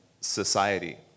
society